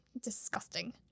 Disgusting